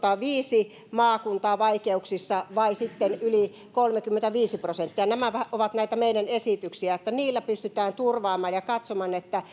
viisi maakuntaa vaikeuksissa vai sitten yli kolmekymmentäviisi prosenttia nämä ovat näitä meidän esityksiämme joilla pystytään turvaamaan ja katsomaan että